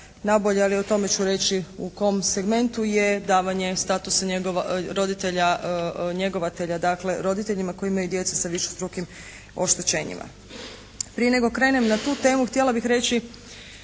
nabolje ali o tome ću reći u tom segmentu je davanje statusa roditelja njegovatelja, dakle roditelja koji imaju djecu sa višestrukim oštećenjima. Prije nego krenem na tu temu htjela bih reći